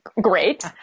Great